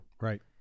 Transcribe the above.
right